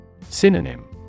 Synonym